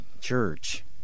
church